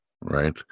right